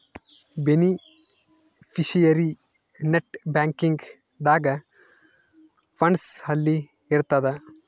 beneficiary net banking ದಾಗ funds ಅಲ್ಲಿ ಇರ್ತದ